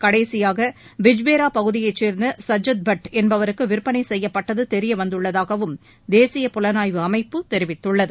கடைசியாக பிஜ்பேரா பகுதியைச் சேர்ந்த சஜ்ஜத் பட் என்பவருக்கு விற்பனை செய்யப்பட்டது தெரிய வந்துள்ளதாகவும் தேசிய புலனாய்வு அமைப்பு தெரிவித்துள்ளது